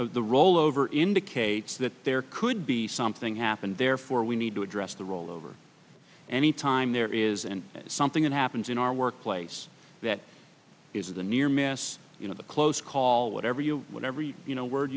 the rollover indicates that there could be something happened therefore we need to address the rollover any time there is and something that happens in our workplace that is a near miss you know the close call whatever you whatever you you know word